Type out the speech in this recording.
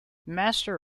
master